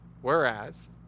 whereas